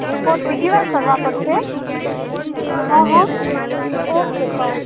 report બીજીવાર કરવા પડશે ઓકે ક